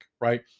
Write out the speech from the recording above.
right